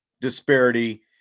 disparity